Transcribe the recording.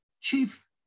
chief